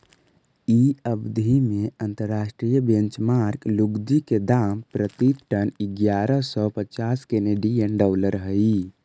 इ अवधि में अंतर्राष्ट्रीय बेंचमार्क लुगदी के दाम प्रति टन इग्यारह सौ पच्चास केनेडियन डॉलर रहऽ हई